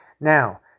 Now